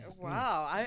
Wow